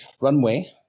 runway